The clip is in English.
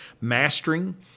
mastering